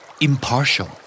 Impartial